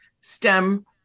stem